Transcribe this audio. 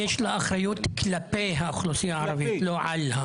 יש לה אחריות כלפי האוכלוסייה הערבית לא על.